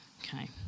Okay